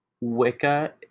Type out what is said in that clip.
Wicca